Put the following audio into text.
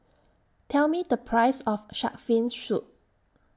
Tell Me The Price of Shark's Fin Soup